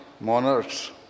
monarchs